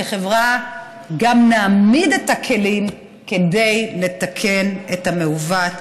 כחברה, גם נעמיד את הכלים כדי לתקן את המעוות.